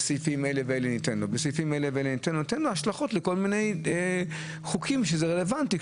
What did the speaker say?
יהיו לזה השלכות לכל מיני חוקים רלוונטיים.